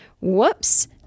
Whoops